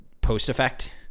post-effect